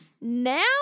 now